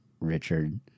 Richard